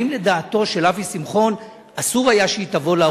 האם לדעתו של אבי שמחון אסור היה שהיא תבוא לעולם?